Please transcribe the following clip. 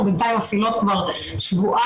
אנחנו בינתיים מפעילות כבר שבועיים,